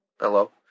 hello